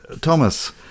thomas